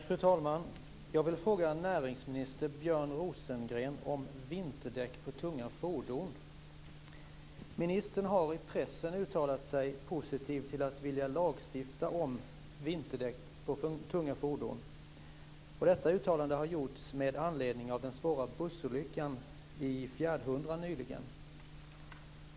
Fru talman! Jag vill fråga näringsminister Björn Ministern har i pressen uttalat sig positivt om att lagstifta om vinterdäck på tunga fordon. Detta uttalande har gjorts med anledning av den svåra bussolyckan i Fjärdhundra nyligen.